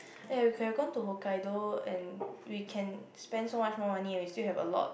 !aiyo! we can go to hokkaido and we can spend so much more money and we still have a lot